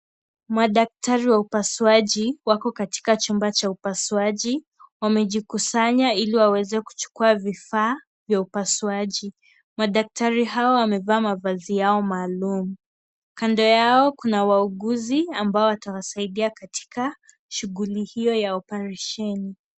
Madaktari wa upasuaji wako katika chumba cha upasuaji. Wamejikusanya ili waweze kuchukua vifaa vya upasuaji. Madaktari hao wamevaa mavazi yao maalum. Kando yao kuna wauguzi ambao watawasaidia katika shughulli hiyo ya oparesheni.